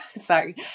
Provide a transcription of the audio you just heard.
sorry